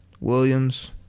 Williams